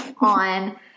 on